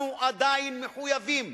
אנחנו עדיין מחויבים